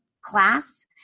class